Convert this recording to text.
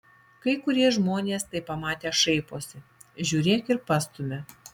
kai kurie žmonės tai pamatę šaiposi žiūrėk ir pastumia